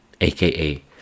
aka